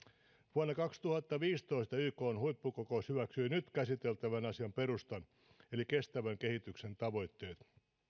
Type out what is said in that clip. vuonna kaksituhattaviisitoista ykn huippukokous hyväksyi nyt käsiteltävän asian perustan eli kestävän kehityksen tavoitteet